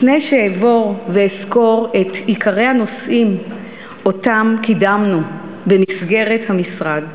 לפני שאעבור ואסקור את עיקרי הנושאים שקידמנו במסגרת המשרד,